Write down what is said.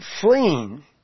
fleeing